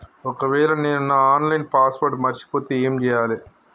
ఒకవేళ నేను నా ఆన్ లైన్ పాస్వర్డ్ మర్చిపోతే ఏం చేయాలే?